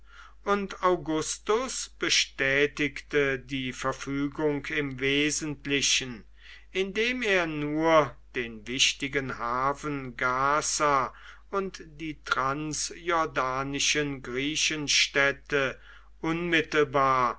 und augustus bestätigte die verfügung im wesentlichen indem er nur den wichtigen hafen gaza und die